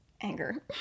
Anger